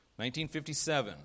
1957